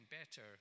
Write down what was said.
better